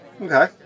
Okay